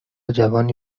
جوانی